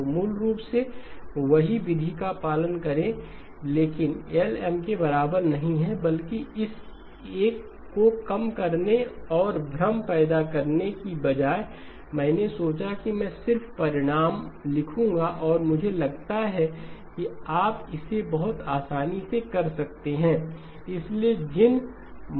तो मूल रूप से वही विधि का पालन करें लेकिन L M के बराबर नहीं है बल्कि इस एक को कम करने और भ्रम पैदा करने के बजाय मैंने सोचा कि मैं सिर्फ परिणाम लिखूंगा और मुझे लगता है कि आप इसे बहुत आसानी से कर सकते हैं